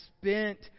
spent